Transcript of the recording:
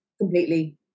completely